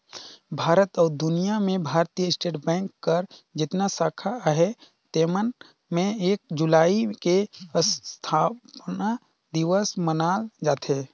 भारत अउ दुनियां में भारतीय स्टेट बेंक कर जेतना साखा अहे तेमन में एक जुलाई के असथापना दिवस मनाल जाथे